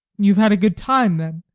you have had a good time then?